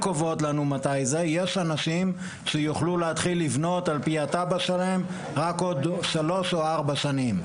יש אנשים שיוכלו להתחיל לבנות רק עוד שלוש או ארבע שנים,